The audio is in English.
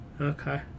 Okay